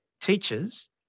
teachers